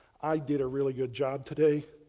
i did a really good job today,